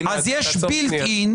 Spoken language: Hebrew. נניח שאת בממשלה או בכנסת,